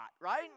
right